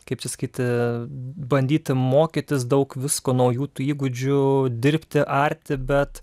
kaip čia sakyti bandyti mokytis daug visko naujų tų įgūdžių dirbti arti bet